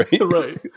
right